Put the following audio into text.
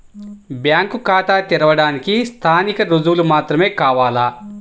Bank ఖాతా తెరవడానికి స్థానిక రుజువులు మాత్రమే కావాలా?